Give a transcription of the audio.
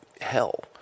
hell